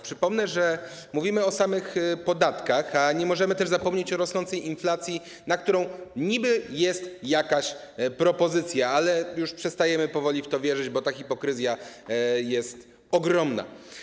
Przypomnę, że mówimy o samych podatkach, a nie możemy też zapomnieć o rosnącej inflacji, w przypadku której niby jest jakaś propozycja, ale powoli już przestajemy w to wierzyć, bo ta hipokryzja jest ogromna.